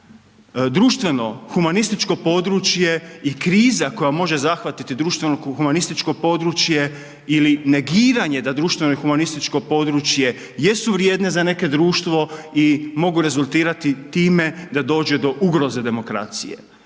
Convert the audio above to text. Društveno i humanističko područje i kriza koja može zahvatiti društveno i humanističko područje ili negiranje da društveno i humanističko područje jesu vrijedne za neke društvo i mogu rezultirati time da dođe do ugroze demokracije.